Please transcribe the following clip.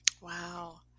Wow